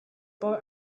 boy